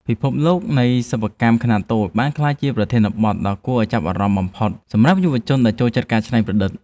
ពិភពលោកនៃសិប្បកម្មខ្នាតតូចបានក្លាយជាប្រធានបទដ៏គួរឱ្យចាប់អារម្មណ៍បំផុតសម្រាប់យុវជនដែលចូលចិត្តការច្នៃប្រឌិត។